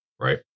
right